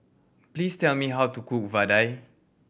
please tell me how to cook Vadai